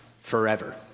forever